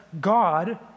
God